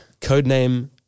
Codename